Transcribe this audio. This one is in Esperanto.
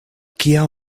kia